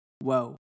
whoa